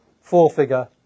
four-figure